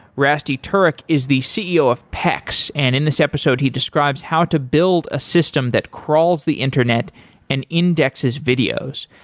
rasty turek is the ceo of pex and in this episode, he describes how to build a system that crawls the internet and indexes videos.